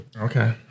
Okay